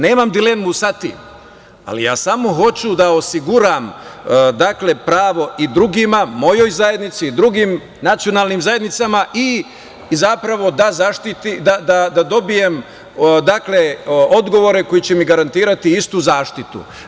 Nemam dilemu sa tim, ali samo hoću da osiguram pravo i drugima, mojoj zajednici i drugim nacionalnim zajednicama i zapravo da dobijem odgovore koji će mi garantirati istu zaštitu.